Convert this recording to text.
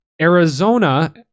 Arizona